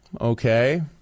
okay